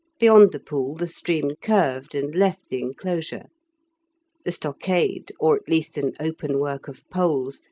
beyond the pool the stream curved and left the enclosure the stockade, or at least an open work of poles,